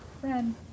Friend